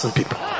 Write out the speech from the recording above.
people